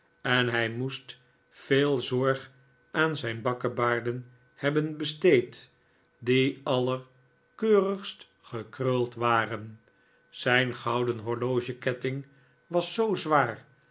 en hij moest veel zorg aan zijn bakkebaarden hebben besteed die allerkeude onverzettelijke jorkins rigst gekruld waren zijn gouden horlogeketting was zoo zwaar